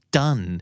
done